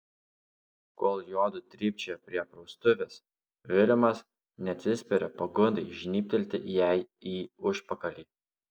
kol juodu trypčioja prie praustuvės vilemas neatsispiria pagundai žnybtelėti jai į užpakalį